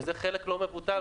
וזה חלק לא מבוטל,